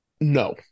No